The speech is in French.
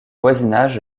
voisinage